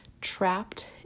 trapped